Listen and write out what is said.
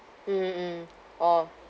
mm mm orh